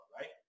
right